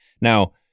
Now